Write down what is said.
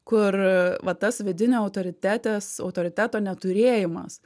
kur va tas vidinio autoritetės autoriteto neturėjimas